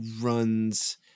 runs